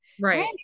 Right